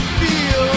feel